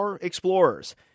explorers